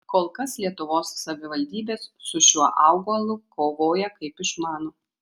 kol kas lietuvos savivaldybės su šiuo augalu kovoja kaip išmano